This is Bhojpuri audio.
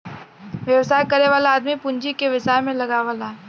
व्यवसाय करे वाला आदमी पूँजी के व्यवसाय में लगावला